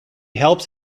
helps